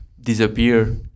disappear